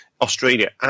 Australia